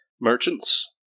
Merchants